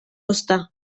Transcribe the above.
ozta